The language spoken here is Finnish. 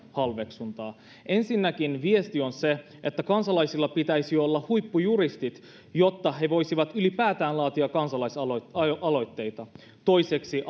halveksuntaa ensinnäkin viesti on se että kansalaisilla pitäisi olla huippujuristit jotta he voisivat ylipäätään laatia kansalaisaloitteita toiseksi